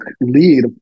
lead